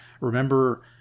Remember